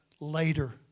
later